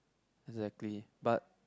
exactly but